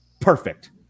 perfect